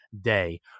day